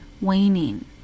waning